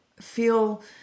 feel